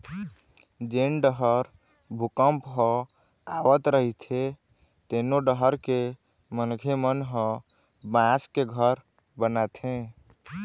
जेन डहर भूपंक ह आवत रहिथे तेनो डहर के मनखे मन ह बांस के घर बनाथे